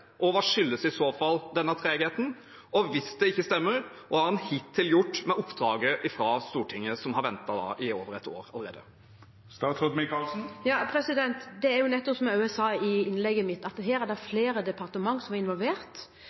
og hva skyldes i så fall denne tregheten? Og hvis det ikke stemmer, hva har man hittil gjort med oppdraget fra Stortinget, som har fått vente i over et år allerede? Som jeg sa i innlegget mitt, er det her flere departementer som er involvert.